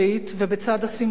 ובצד השמחה,